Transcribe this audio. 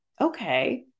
okay